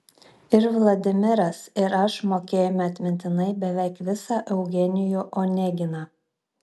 ir vladimiras ir aš mokėjome atmintinai beveik visą eugenijų oneginą